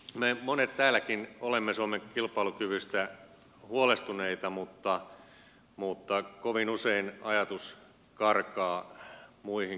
me monet täälläkin olemme suomen kilpailukyvystä huolestuneita mutta kovin usein ajatus karkaa muihin kysymyksiin